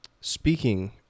Speaking